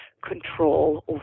control